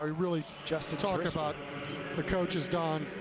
really just to talk about the coaches, don,